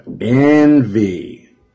envy